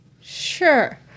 Sure